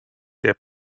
der